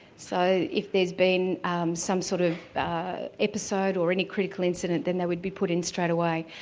so if there's been some sort of episode or any critical incident, then they would be put in straight away.